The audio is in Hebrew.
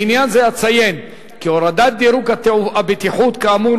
בעניין זה אציין כי הורדת דירוג הבטיחות כאמור